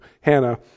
Hannah